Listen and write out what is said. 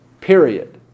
period